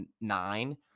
nine